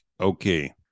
okay